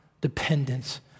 dependence